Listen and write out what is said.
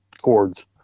cords